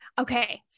okay